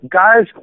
guys